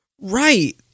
Right